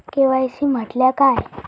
KYC म्हटल्या काय?